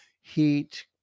heat